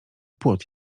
płot